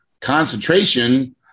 concentration